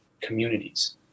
communities